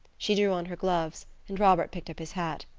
she drew on her gloves, and robert picked up his hat.